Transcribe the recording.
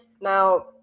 Now